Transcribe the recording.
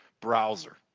browser